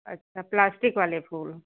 अच्छा प्लास्टिक वाले फूल